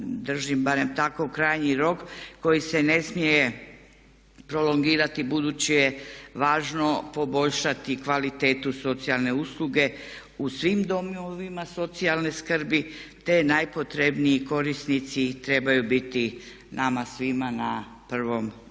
držim barem tako krajnji rok koji se ne smije prolongirati budući je važno poboljšati kvalitetu socijalne usluge u svim domovima socijalne skrbi te najpotrebniji korisnici trebaju biti nama svima na prvom mjestu.